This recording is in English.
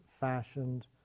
fashioned